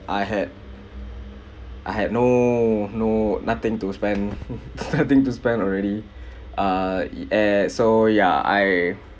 I had I had no no nothing to spend nothing to spend already uh eh so yeah I